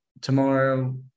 tomorrow